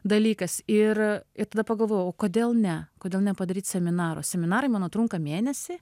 dalykas ir ir tada pagalvojau kodėl ne kodėl nepadaryt seminaro seminarai mano trunka mėnesį